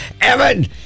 Evan